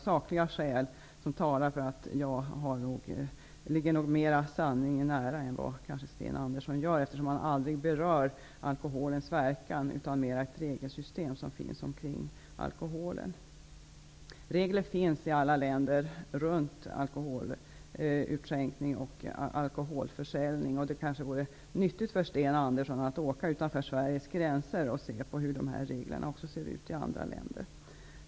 Sakliga skäl talar för att jag nog ligger sanningen mera nära än vad Sten Andersson gör. Han berör aldrig alkoholens verkningar utan mera det regelsystem som finns omkring alkoholen. Regler runt alkoholutskänkning och alkoholförsäljning finns i alla länder, och det vore kanske nyttigt för Sten Andersson att åka utanför Sveriges gränser och se hur dessa regler ser ut i andra länder.